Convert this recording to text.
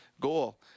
goal